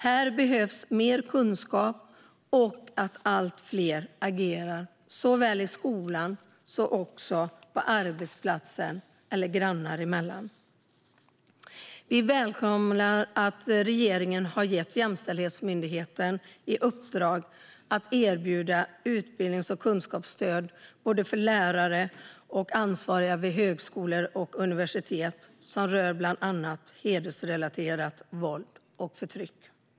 Här behövs mer kunskap och att allt fler agerar, såväl i skolan och på arbetsplatsen som grannar emellan. Vi välkomnar att regeringen har gett Jämställdhetsmyndigheten i uppdrag att erbjuda utbildnings och kunskapsstöd gällande bland annat hedersrelaterat våld och förtryck till både lärare och ansvariga vid högskolor och universitet.